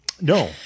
No